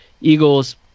eagles